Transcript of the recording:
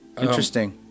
interesting